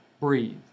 breathe